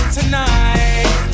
tonight